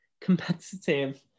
competitive